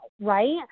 right